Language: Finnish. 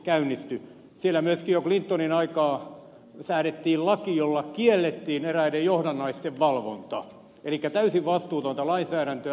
siellä myöskin jo clintonin aikana säädettiin laki jolla kiellettiin eräiden johdannaisten valvonta elikkä tämä oli täysin vastuutonta lainsäädäntöä